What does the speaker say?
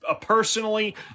personally